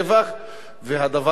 והדבר השני,